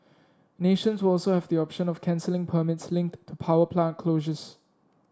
nations will also have the option of cancelling permits linked to power plant closures